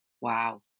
Wow